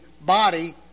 body